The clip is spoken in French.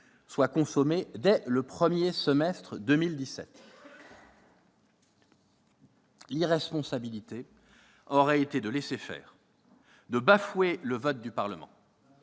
soit consommée dès le premier semestre 2017 ? L'irresponsabilité aurait été de laisser faire, en bafouant le vote du Parlement.